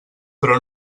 però